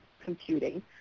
computing